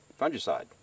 fungicide